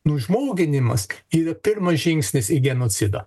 nužmoginimas yra pirmas žingsnis į genocidą